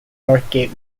northgate